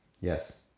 Yes